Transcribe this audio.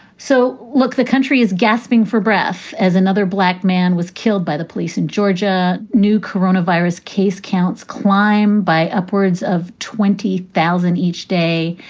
so, look, the country is gasping for breath as another black man was killed by the police in georgia. new corona virus case counts climb by upwards of twenty thousand each day.